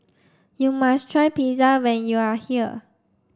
you must try Pizza when you are here